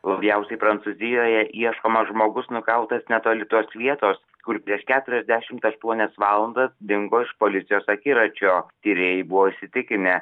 labjausiai prancūzijoje ieškomas žmogus nukautas netoli tos vietos kur prieš keturiasdešimt aštuonias valandas dingo iš policijos akiračio tyrėjai buvo įsitikinę